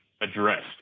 addressed